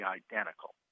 identical